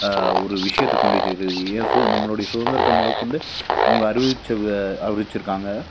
ஒரு விஷயத்த கொண்டு சேர்க்கிறது ஏன் சு நம்மளுடைய சுதந்திரத்த முதற்கொண்டு அவங்க அறிவித்த வ அறிவிச்சுருக்காங்க